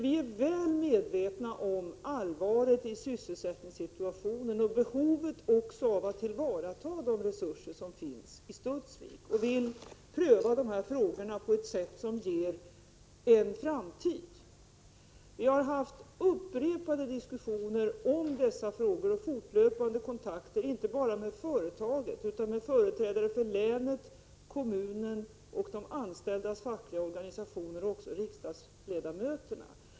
Vi är väl medvetna om allvaret i sysselsättningssituationen och också om behovet av att tillvarata de resurser som finns i Studsvik. Vi vill pröva dessa frågor på ett sätt som ger Studsvik en framtid. Vi har haft upprepade diskussioner om dessa frågor och fortlöpande kontakter, inte bara med företaget utan även med företrädare för länet, kommunen och de anställdas fackliga organisationer liksom också med riksdagsledamöter.